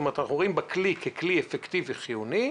בכלי ככלי אפקטיבי וחיוני.